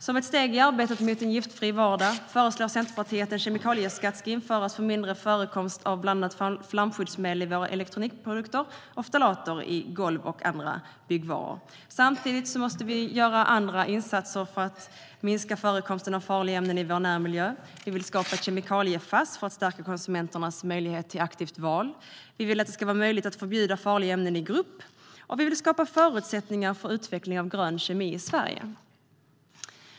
Som ett steg i arbetet mot en giftfri vardag föreslår Centerpartiet att en kemikalieskatt ska införas för att minska förekomsten av bland annat flamskyddsmedel i våra elektronikprodukter och ftalater i golv och andra byggvaror. Samtidigt måste vi göra andra insatser för att minska förekomsten av farliga ämnen i vår närmiljö. Vi vill skapa ett kemikalie-Fass för att stärka konsumenternas möjlighet till aktivt val. Vi vill att det ska vara möjligt att förbjuda farliga ämnen i grupp, och vi vill skapa förutsättningar för utveckling av grön kemi i Sverige.